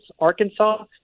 Arkansas